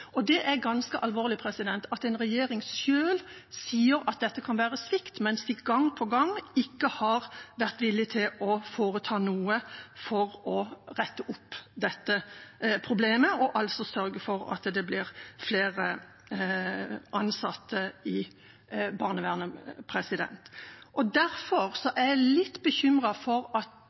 Det er ganske alvorlig at en regjering selv sier at dette kan være svikt, mens den gang på gang ikke har vært villig til å foreta seg noe for å rette opp dette problemet og altså sørge for at det blir flere ansatte i barnevernet. Derfor er jeg litt bekymret for at